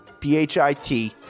P-H-I-T